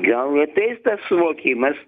gal ateis tas suvokimas